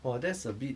!wah! that's a bit